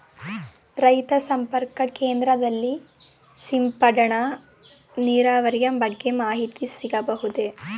ರೈತ ಸಂಪರ್ಕ ಕೇಂದ್ರದಲ್ಲಿ ಸಿಂಪಡಣಾ ನೀರಾವರಿಯ ಬಗ್ಗೆ ಮಾಹಿತಿ ಸಿಗಬಹುದೇ?